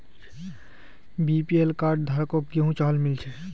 BPL card धारकों गेहूं और चावल मिल छे